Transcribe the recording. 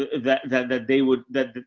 that, that, that they would, that,